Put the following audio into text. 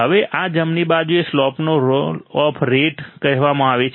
હવે આ જમણી બાજુએ સ્લોપને રોલ ઓફ રેટ કહેવામાં આવે છે